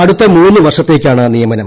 അടുത്ത മൂന്നു വർഷത്തേക്കാണ് നിയമനം